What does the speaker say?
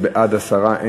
עשרה בעד,